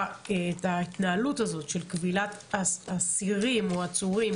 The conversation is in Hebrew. כמיותרת את ההתנהלות הזאת של כבילת אסירים או עצורים